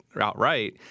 outright